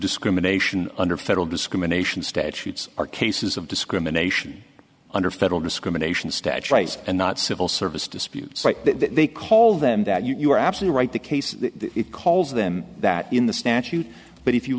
discrimination under federal discrimination statutes are cases of discrimination under federal discrimination statue race and not civil service disputes they call them that you are absolutely right the case it calls them that in the statute but if you